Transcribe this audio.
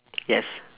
yes